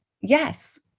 yes